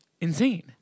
insane